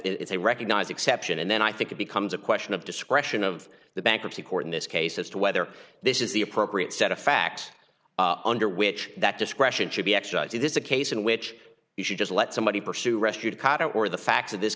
it's a recognized exception and then i think it becomes a question of discretion of the bankruptcy court in this case as to whether this is the appropriate set of facts under which that discretion should be exercised in this a case in which we should just let somebody pursue rescued cotton or the facts of this